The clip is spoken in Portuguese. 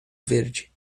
verde